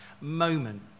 moment